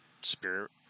spirit